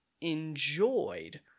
enjoyed